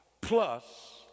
plus